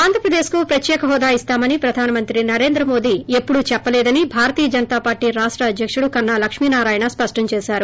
ఆంధ్రప్రదేశ్ కి ప్రత్యేక హోదా ఇస్తామని ప్రధాన మంత్రి నరేంద్ర మోడీ ఎపుడు చెప్పలేదని భారతీయ జనతా పార్టీ రాష్ట అధ్యకుడు కన్నా లక్ష్మీ నారాయణ స్పష్టం చేసారు